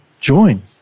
join